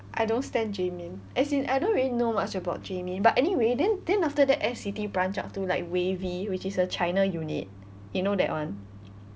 I don't stan jaemin as in I don't really know much about jaemin but anyway then then after that N_C_T branch out to like wavy which is a china unit you know that one